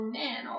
man